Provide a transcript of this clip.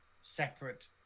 separate